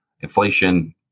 Inflation